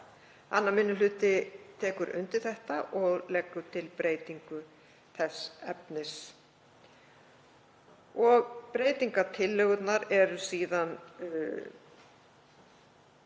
2. minni hluti tekur undir þetta og leggur til breytingu þess efnis. Breytingartillögurnar eru í